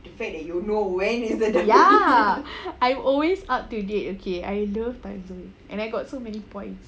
ya I'm always up to date okay I love Timezone and I got so many points